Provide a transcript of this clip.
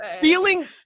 Feeling